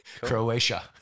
Croatia